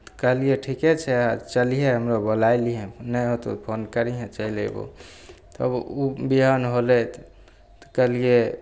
तऽ कहलिए ठिके छै चलिहेँ हमरो बोलै लिहेँ नहि होतौ फोन करिहेँ चलि अएबौ तब ओ बिहान होलै तऽ तऽ कहलिए